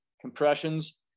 compressions